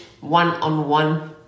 one-on-one